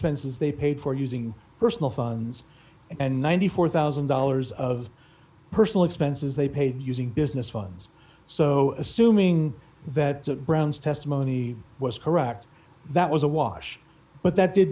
penses they paid for using personal funds and ninety four thousand dollars of personal expenses they paid using business funds so assuming that brown's testimony was correct that was a wash but that did